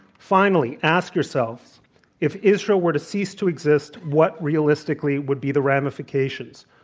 finally, ask yourself if israel were to cease to exist, what realistically would be the ramifications?